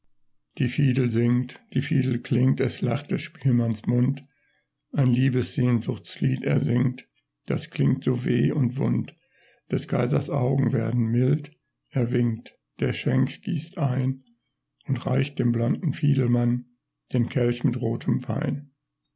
die fiedel singt die fiedel klingt es lacht des spielmanns mund ein liebessehnsuchtslied er singt das klingt so weh und wund des kaisers augen werden mild er winkt der schenk gießt ein und reicht dem blonden fiedelmann den kelch mit rotem wein